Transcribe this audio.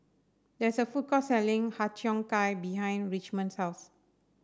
there is a food court selling Har Cheong Gai behind Richmond's house